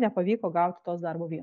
nepavyko gauti tos darbo viet